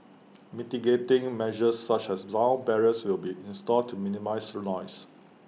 mitigating measures such as long barriers will be installed to minimise noise